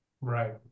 right